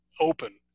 open